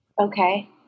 Okay